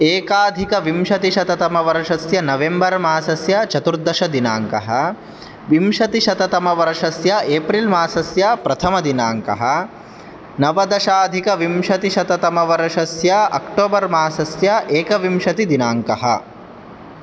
एकाधिकविंशतिशततमवर्षस्य नवेम्बर्मासस्य चतुर्दशदिनाङ्कः विंशतिशततमवर्षस्य एप्रिल्मासस्य प्रथमदिनाङ्कः नवदशाधिकविंशतिशततमवर्षस्य अक्टोबर्मासस्य एकविंशतिदिनाङ्कः